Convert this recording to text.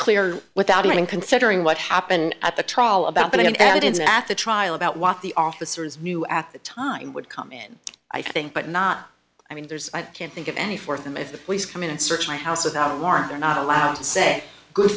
clear without even considering what happened at the trial about but i didn't at the trial about what the officers knew at the time would come in i think but not i mean there's i can't think of any for them if the police come in and search my house without a warrant they're not allowed to say good